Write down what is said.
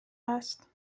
است